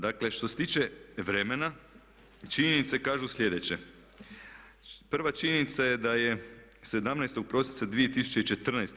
Dakle, što se tiče vremena činjenice kažu sljedeće, prva činjenica je da je 17. prosinca 2014.